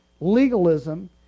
legalism